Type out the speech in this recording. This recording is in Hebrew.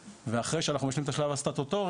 ואחרי שאנחנו משלמים את השלב הסטטוטורי,